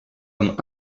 comme